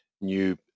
new